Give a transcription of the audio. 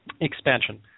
expansion